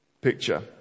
picture